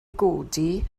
godi